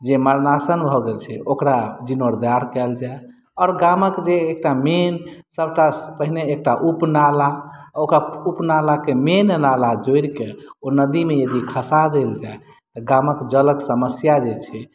जे मरणासन्न भऽ गेल छै ओकरा जीर्णोद्धार कयल जाय आओर गामक जे एकटा मेन सभटा पहिने एकटा उप नाला ओकर उप नालाके मेन नाला जोड़िके ओ नदीमे यदि खसा देल जाय तऽ गामक जलक समस्या जेछै